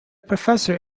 professor